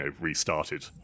restarted